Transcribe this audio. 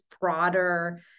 broader